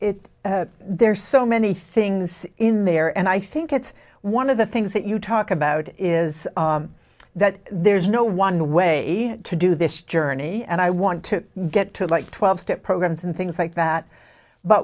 it's there are so many things in there and i think it's one of the things that you talk about is that there's no one way to do this journey and i want to get to like twelve step programs and things like that but